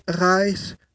rise